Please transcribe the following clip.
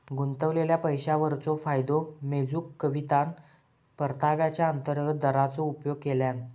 गुंतवलेल्या पैशावरचो फायदो मेजूक कवितान परताव्याचा अंतर्गत दराचो उपयोग केल्यान